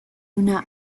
una